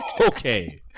Okay